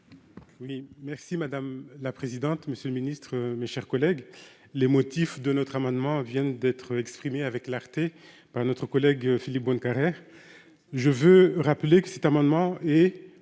merci madame la présidente, monsieur le ministre, mes chers collègues, les motifs de notre amendement viennent d'être exprimés avec clarté par notre collègue Philippe Bonnecarrère je veux rappeler que cet amendement est